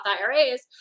IRAs